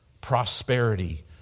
prosperity